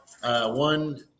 one